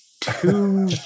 two